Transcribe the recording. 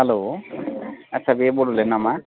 हेल' आदसा बे बड'लेण्ड नामा